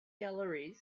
gallery